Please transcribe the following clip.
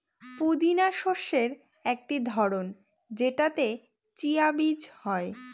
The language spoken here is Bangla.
পুদিনা শস্যের একটি ধরন যেটাতে চিয়া বীজ হয়